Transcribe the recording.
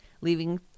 leaving